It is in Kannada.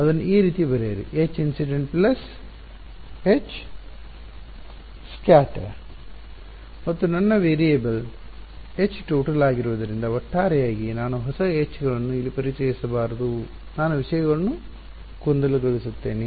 ಇದನ್ನು ಈ ರೀತಿ ಬರೆಯಿರಿ Hinc Hscat ಮತ್ತು ನನ್ನ ವೇರಿಯಬಲ್ Htotal ಆಗಿರುವುದರಿಂದ ಒಟ್ಟಾರೆಯಾಗಿ ನಾನು ಹೊಸ H ಗಳನ್ನು ಇಲ್ಲಿ ಪರಿಚಯಿಸಬಾರದು ನಾನು ವಿಷಯಗಳನ್ನು ಗೊಂದಲಗೊಳಿಸುತ್ತೇನೆ